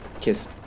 kiss